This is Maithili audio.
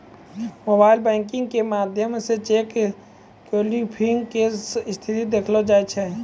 मोबाइल बैंकिग के माध्यमो से चेक क्लियरिंग के स्थिति देखलो जाय सकै छै